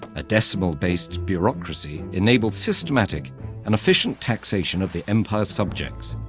a decimal-based bureaucracy enabled systematic and efficient taxation of the empire's subjects.